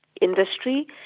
industry